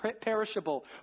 perishable